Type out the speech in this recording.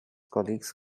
colleagues